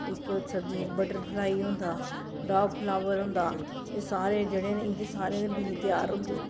इक सर्दियें च बट्टरफ्लाई होंदा टाप फ्लावर होंदा एह् सारे जेह्ड़े न इं'दे सारें दे बीऽ त्यार होंदे